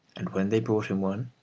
and when they brought him one,